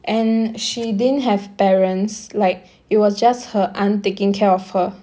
and she didn't have parents like it was just her aunt taking care of her